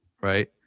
right